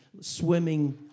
swimming